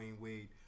Wade